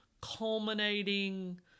culminating